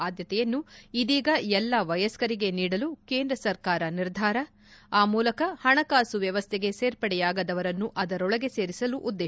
ಆದ್ಯತೆಯನ್ನು ಇದೀಗ ಎಲ್ಲ ವಯಸ್ಕರಿಗೆ ನೀಡಲು ಕೇಂದ್ರ ಸರ್ಕಾರ ನಿರ್ಧಾರ ಆ ಮೂಲಕ ಹಣಕಾಸು ವ್ಯವಸ್ಥೆಗೆ ಸೇರ್ಪಡೆಯಾಗದವರನ್ನು ಅದರೊಳಗೆ ಸೇರಿಸಲು ಉದ್ದೇಶ